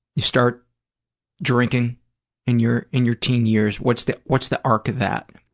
you start drinking in your in your teen years. what's the what's the arc of that?